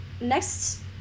next